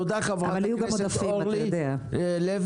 תודה לחברת הכנסת, אורלי לוי.